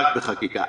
רק בחקיקה.